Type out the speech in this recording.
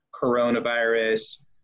coronavirus